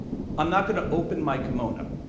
i'm not going to open my kimono.